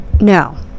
No